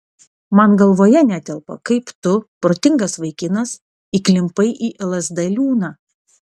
man galvoje netelpa kaip tu protingas vaikinas įklimpai į lsd liūną